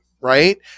right